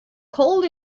cold